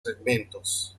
segmentos